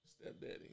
Stepdaddy